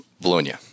Bologna